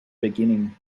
beginning